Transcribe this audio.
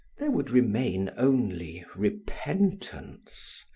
there would remain only repentance,